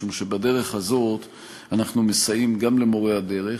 משום שבדרך הזאת אנחנו מסייעים גם למורי הדרך,